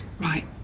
right